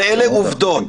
אלה עובדות.